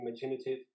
imaginative